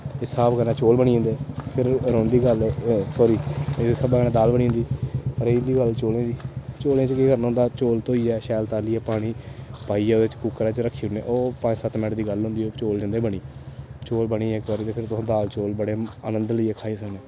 इस स्हाब कन्नै चौल बनी जंदे फिर रौंह्दी गल्ल सौरी इस स्हाबै कन्नै दाल बनी जंदी फिर रेही जंदी गल्ल चौलें दी चौलें च केह् करना होंदा चौल धोइयै शैल तालियै पानी पाइयै ओह्दे च कुकरै च रक्खी ओड़ने ओह् पंज सत्त मिन्ट दी गल्ल होंदी ओह् चौल जंदे बनी चौल बनी गै इक बारी ते फिर तुस दाल चौल तुस बड़े आनंद लेइयै खाई सकने